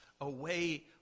away